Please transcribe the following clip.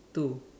two